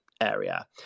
area